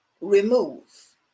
remove